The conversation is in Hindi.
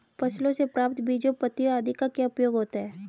फसलों से प्राप्त बीजों पत्तियों आदि का क्या उपयोग होता है?